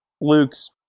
Luke's